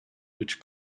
which